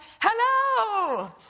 hello